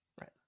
right